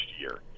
year